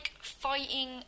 fighting